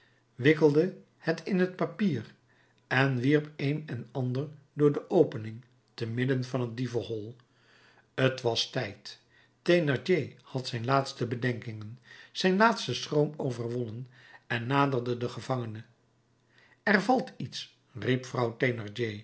wikkelde het in het papier en wierp een en ander door de opening te midden van het dievenhol t was tijd thénardier had zijn laatste bedenkingen zijn laatsten schroom overwonnen en naderde den gevangene er valt iets riep vrouw